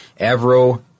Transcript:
Avro